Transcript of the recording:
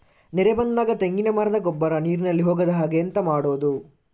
ನೆರೆ ಬಂದಾಗ ತೆಂಗಿನ ಮರದ ಗೊಬ್ಬರ ನೀರಿನಲ್ಲಿ ಹೋಗದ ಹಾಗೆ ಎಂತ ಮಾಡೋದು?